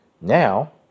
Now